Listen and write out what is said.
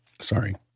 sorry